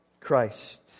Christ